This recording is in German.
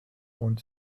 und